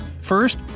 First